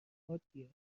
حادیه